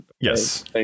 yes